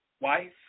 wife